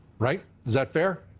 right? is that fair?